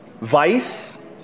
Vice